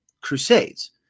Crusades